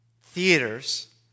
theaters